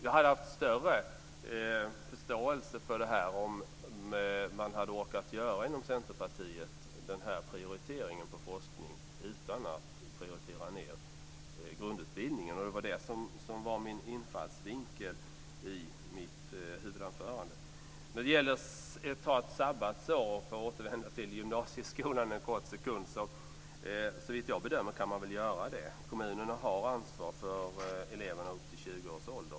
Jag hade haft större förståelse för detta om man inom Centerpartiet hade orkat göra denna prioritering av forskningen utan att prioritera ned grundutbildningen. Det var det som var min infallsvinkel i mitt huvudanförande. Sedan var det frågan om sabbatsår, för att återgå till gymnasieskolan en kort sekund. Såvitt jag bedömer går det att göra så. Kommunerna har ansvar för eleverna upp till 20 års ålder.